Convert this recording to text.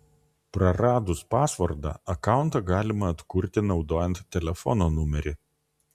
praradus pasvordą akauntą galima atkurti naudojant telefo numerį